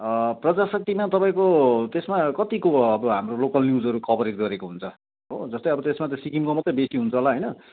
प्रजाशक्तिमा तपाईँको त्यसमा कत्तिको अब हाम्रो लोकल न्युजहरू कभरेज गरेको हुन्छ हो जस्तै अब त्यसमा त सिक्किमको मात्रै बेसी हुन्छ होला होइन